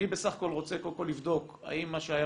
אני בסך הכול רוצה קודם כל לבדוק אם מה שהיה